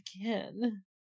again